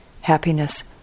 happiness